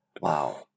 Wow